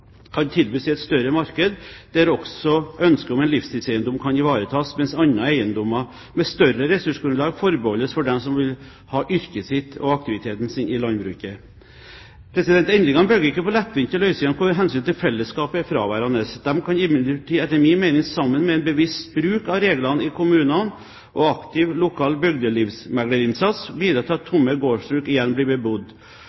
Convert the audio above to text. tilbys i et større marked der også ønsket om en livsstilseiendom kan ivaretas – mens andre eiendommer med større ressursgrunnlag forbeholdes dem som vil ha yrket sitt – og aktiviteten – i landbruket. Endringene bygger ikke på lettvinte løsninger hvor hensynet til fellesskapet er fraværende. De kan imidlertid etter min mening, sammen med en bevisst bruk av reglene i kommunene og aktiv lokal bygdelivsmeglerinnsats, bidra til at